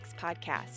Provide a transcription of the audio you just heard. podcast